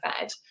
fed